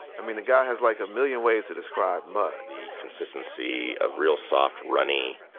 i mean, the guy has like a million ways to describe mud the consistency of real soft, runny,